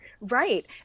Right